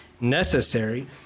necessary